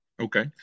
Okay